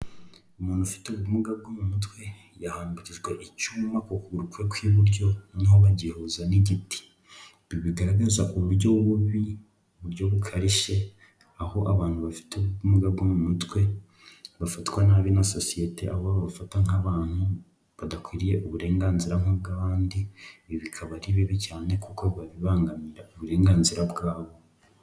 Umuntu ufite ubumuga bwo mu mutwe yahambirijwe icyuma ku kuguru kwe kw'iburyo noneho bagihuza n'igiti. Ibi bigaragaza uburyo bubi uburyo bukarishye aho abantu bafite ubumuga bwo mu mutwe bafatwa nabi na sosiyete, aho babafata nk'abantu badakwiriye uburenganzira nk'ubw'abandi. Ibi bikaba ari bibi cyane kuko biba bibangamira uburenganzira bwabo.